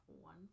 one